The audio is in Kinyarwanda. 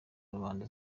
rubanda